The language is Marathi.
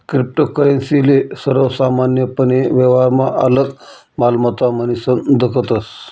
क्रिप्टोकरेंसी ले सर्वसामान्यपने व्यवहारमा आलक मालमत्ता म्हनीसन दखतस